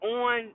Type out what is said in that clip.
on